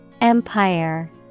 Empire